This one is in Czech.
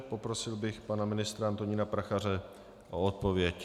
Poprosil bych pana ministra Antonína Prachaře o odpověď.